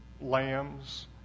lambs